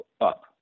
up